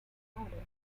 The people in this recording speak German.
marmelade